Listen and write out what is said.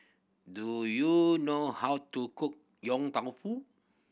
do you know how to cook Yong Tau Foo